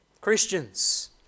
Christians